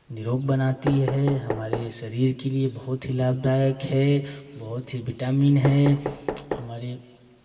निरोग बनाती है हमारी शरीर के लिए बहुत ही लाभदायक है बहुत ही विटामिन है हमारे